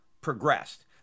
progressed